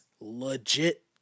legit